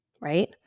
right